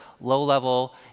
low-level